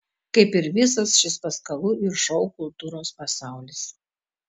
kaip ir visas šis paskalų ir šou kultūros pasaulis